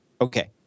Okay